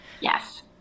Yes